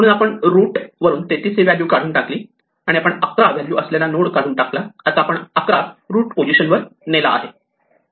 म्हणून आपण रूट वरून 33 ही व्हॅल्यू काढून टाकली आणि आपण 11 व्हॅल्यू असलेला नोड काढून टाकला आणि आपण 11 आता रूट पोझिशन वर नेली